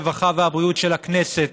הרווחה והבריאות של הכנסת